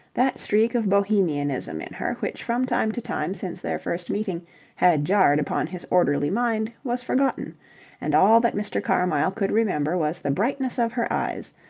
that streak of bohemianism in her which from time to time since their first meeting had jarred upon his orderly mind was forgotten and all that mr. carmyle could remember was the brightness of her eyes,